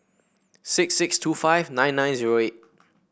six six two five nine nine zero eight